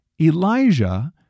Elijah